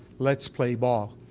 lets play ball.